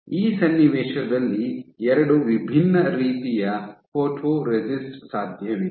ಈ ಸನ್ನಿವೇಶದಲ್ಲಿ ಎರಡು ವಿಭಿನ್ನ ರೀತಿಯ ಫೋಟೊರೆಸಿಸ್ಟ್ ಸಾಧ್ಯವಿದೆ